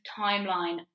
timeline